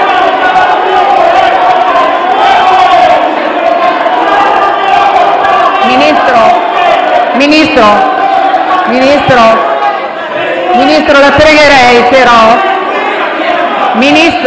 Ministro, la pregherei, però...